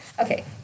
okay